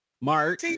Mark